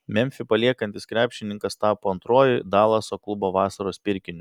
memfį paliekantis krepšininkas tapo antruoju dalaso klubo vasaros pirkiniu